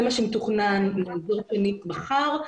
זה מה שמתוכנן לאזור מחר.